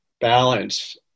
balance